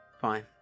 Fine